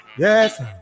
Yes